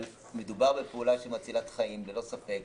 אבל מדובר בפעולה מצילת חיים, ללא ספק.